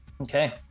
Okay